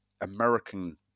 American